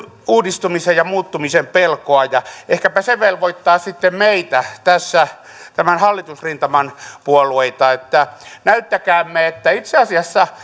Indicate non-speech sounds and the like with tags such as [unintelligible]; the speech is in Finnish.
uudistumisen ja muuttumisen pelkoa ehkäpä se velvoittaa sitten meitä tämän hallitusrintaman puolueita että näyttäkäämme että itse asiassa [unintelligible]